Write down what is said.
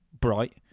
bright